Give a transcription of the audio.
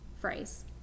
phrase